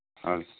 हजुर